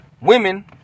Women